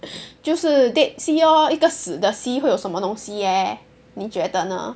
就是 dead sea lor 一个死的 sea 会有什么东西 eh 你觉得呢